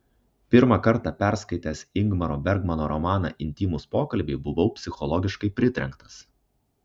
pirmą kartą perskaitęs ingmaro bergmano romaną intymūs pokalbiai buvau psichologiškai pritrenktas